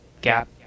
gap